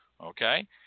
Okay